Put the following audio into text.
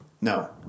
No